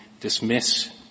dismiss